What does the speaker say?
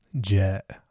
Jet